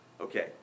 Okay